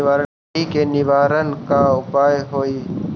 सुंडी के निवारक उपाय का हई?